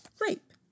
rape